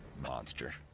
Monster